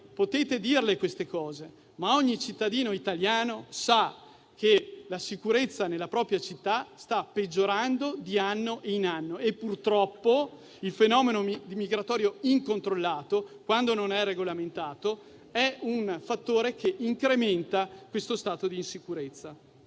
Potete dirle queste cose, ma ogni cittadino italiano sa che la sicurezza nella propria città sta peggiorando di anno in anno e che purtroppo il fenomeno immigratorio incontrollato, quando non è regolamentato, è un fattore che incrementa questo stato di insicurezza.